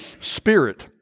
Spirit